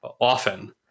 often